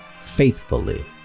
faithfully